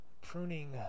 Pruning